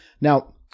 Now